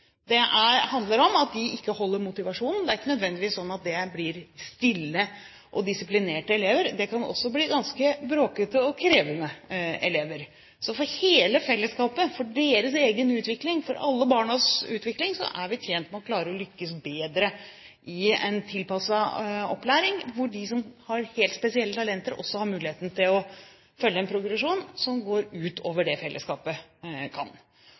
Det handler om at de ikke holder oppe motivasjonen. Det er ikke nødvendigvis sånn at det blir stille og disiplinerte elever. Det kan også bli ganske bråkete og krevende elever. Så for hele fellesskapet og for alle barns utvikling er vi tjent med å lykkes bedre med en tilpasset opplæring hvor de som har helt spesielle talenter, også har muligheten til å følge en progresjon som går ut over fellesskapets. Der har vi startet. Men vi bør ha mye større ambisjoner når det